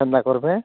କେନ୍ତା କର୍ବେ